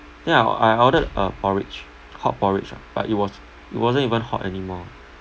then I o~ I ordered a porridge hot porridge ah but it was it wasn't even hot anymore ah